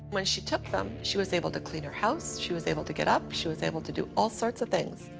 when she took them, she was able to clean her house, she was able to get up, she was able to do all sorts of things.